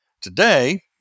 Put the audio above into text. Today